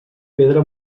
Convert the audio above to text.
pedra